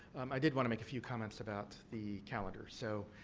i did want to make a few comments about the calendar. so,